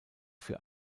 für